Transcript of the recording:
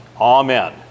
Amen